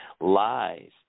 lies